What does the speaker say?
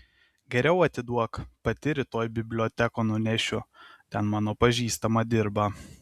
geriau atiduok pati rytoj bibliotekon nunešiu ten mano pažįstama dirba